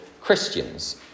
Christians